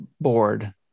board